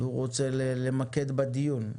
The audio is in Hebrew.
הוא רוצה למקד את הדיון.